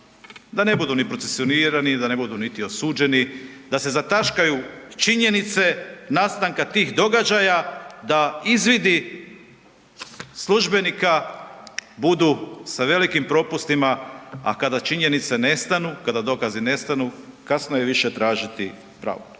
da ne budu ni procesuirani, da ne budu niti osuđeni, da se zataškaju činjenice nastanka tih događaja, da izvidi službenika budu sa velikim propustima, a kada činjenice nestanu, kada dokazi nestanu kasno je više tražiti pravo.